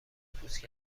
پوست